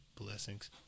blessings